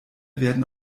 werden